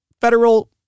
Federal